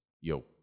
Yo